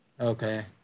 Okay